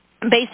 Based